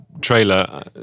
trailer